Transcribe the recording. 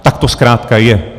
Tak to zkrátka je.